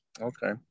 Okay